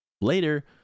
Later